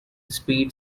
speed